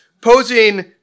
Posing